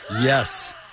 Yes